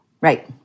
Right